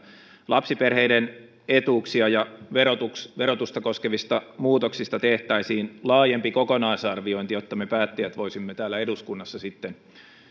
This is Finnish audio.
lapsiperheiden etuuksia ja verotusta verotusta koskevista muutoksista tehtäisiin laajempi kokonaisarviointi jotta me päättäjät voisimme täällä eduskunnassa